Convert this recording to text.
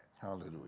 Hallelujah